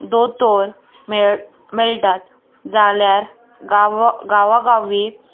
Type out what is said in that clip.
दोतोर मेळ मेळटात जाल्यार गांव गांवागावी